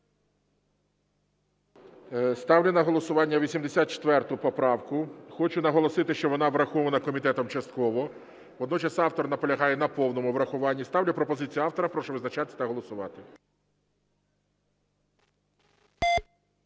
Ставлю на голосування 84 поправку. Хочу наголосити, що вона врахована комітетом частково. Водночас автор наполягає на повному врахуванні. Ставлю пропозицію автора. Прошу визначатися та голосувати.